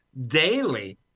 daily